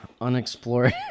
unexplored